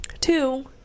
Two